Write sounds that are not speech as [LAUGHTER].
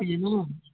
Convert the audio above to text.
[UNINTELLIGIBLE]